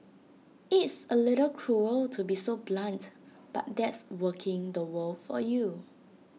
it's A little cruel to be so blunt but that's working the world for you